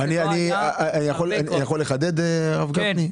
אני יכול לחדד, הרב גפני?